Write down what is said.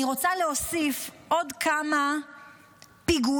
אני רוצה להוסיף עוד כמה פיגועים,